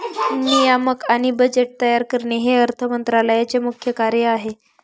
नियामक आणि बजेट तयार करणे हे अर्थ मंत्रालयाचे मुख्य कार्य आहे